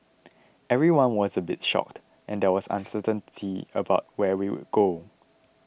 everyone was a bit shocked and there was uncertainty about where we would go